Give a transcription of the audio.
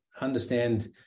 understand